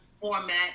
format